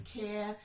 care